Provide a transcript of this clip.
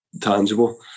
tangible